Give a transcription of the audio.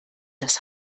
das